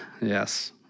Yes